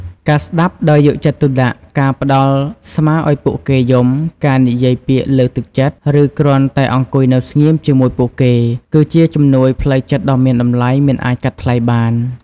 ការស្តាប់ដោយយកចិត្តទុកដាក់ ការផ្តល់ស្មាឲ្យពួកគេយំ ការនិយាយពាក្យលើកទឹកចិត្ត ឬគ្រាន់តែអង្គុយនៅស្ងៀមជាមួយពួកគេ គឺជាជំនួយផ្លូវចិត្តដ៏មានតម្លៃមិនអាចកាត់ថ្លៃបាន។